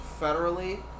federally